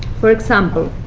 for example,